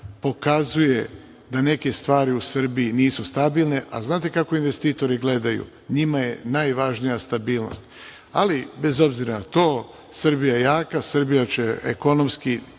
da neke stvari u Srbiji nisu stabilne. Znate kako investitori gledaju, njima je najvažnija stabilnost, ali bez obzira na to Srbija je jaka, Srbija će ekonomski